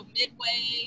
midway